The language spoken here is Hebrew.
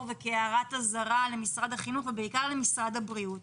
כהערת אזהרה למשרד החינוך ובעיקר למשרד הבריאות.